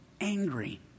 angry